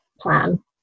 plan